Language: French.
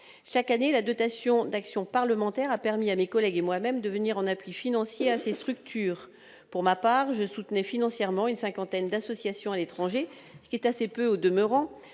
Chaque année, la dotation d'action parlementaire a permis à mes collègues et à moi-même d'apporter un appui financier à ces structures. Pour ma part, je soutenais financièrement une cinquantaine d'associations à l'étranger, ce qui, au demeurant,